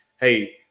Hey